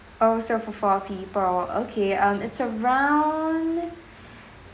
oh so for four people okay um it's around